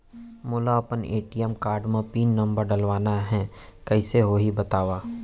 मोला अपन ATM card म पिन नंबर डलवाना हे कइसे होही बतावव?